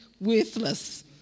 worthless